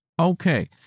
Okay